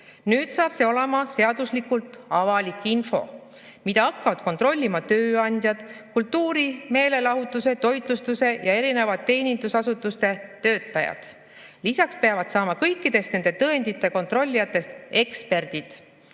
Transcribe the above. Nüüd saab see olema seaduslikult avalik info, mida hakkavad kontrollima tööandjad ning kultuuri‑, meelelahutus‑, toitlustus‑ ja muude teenindusasutuste töötajad. Lisaks peavad saama kõikidest nende tõendite kontrollijatest eksperdid,